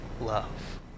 love